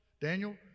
Daniel